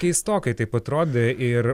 keistokai taip atrodė ir